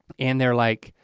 and they're like,